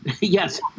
Yes